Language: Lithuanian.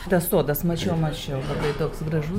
tas sodas mačiau mačiau labai toks gražus